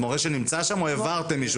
זה מורה שנמצא שם או העברתם מישהו?